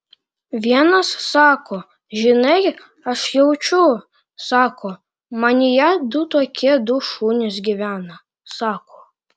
vienas sako žinai aš jaučiu sako manyje du tokie du šunys gyvena sako